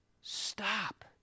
Stop